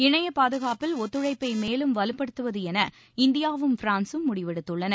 இணைய பாதுகாப்பில் ஒத்துழைப்பை மேலும் வலுப்படுத்துவது என இந்தியாவும் பிரான்சும் முடிவெடுத்துள்ளன